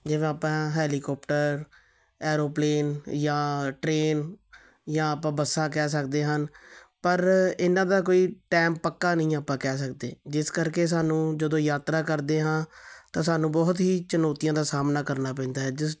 ਜਿਵੇਂ ਆਪਾਂ helicopter aeroplane ਜਾਂ ਟਰੇਨ ਜਾਂ ਆਪਾਂ ਬੱਸਾਂ ਕਹਿ ਸਕਦੇ ਹਨ ਪਰ ਇਹਨਾਂ ਦਾ ਕੋਈ ਟਾਈਮ ਪੱਕਾ ਨਹੀਂ ਆਪਾਂ ਕਹਿ ਸਕਦੇ ਜਿਸ ਕਰਕੇ ਸਾਨੂੰ ਜਦੋਂ ਯਾਤਰਾ ਕਰਦੇ ਹਾਂ ਤਾਂ ਸਾਨੂੰ ਬਹੁਤ ਹੀ ਚੁਣੌਤੀਆਂ ਦਾ ਸਾਹਮਣਾ ਕਰਨਾ ਪੈਂਦਾ ਹੈ ਜਿਸ